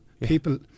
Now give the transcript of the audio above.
people